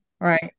Right